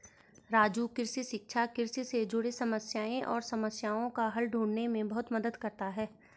राजू कृषि शिक्षा कृषि से जुड़े समस्याएं और समस्याओं का हल ढूंढने में बहुत मदद करता है